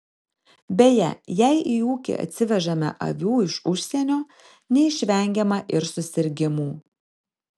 beje jei į ūkį atsivežama avių iš užsienio neišvengiama ir susirgimų